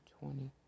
twenty